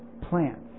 plants